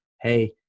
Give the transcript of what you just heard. hey